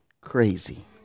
crazy